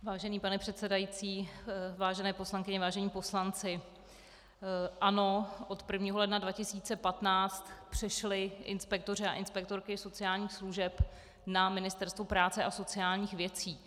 Vážený pane předsedající, vážené poslankyně, vážení poslanci, ano, od 1. ledna 2015 přešli inspektoři a inspektorky sociálních služeb na Ministerstvo práce a sociálních věcí.